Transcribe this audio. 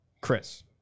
Chris